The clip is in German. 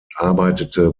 arbeitete